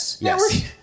Yes